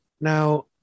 now